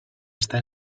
està